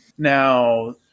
Now